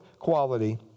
quality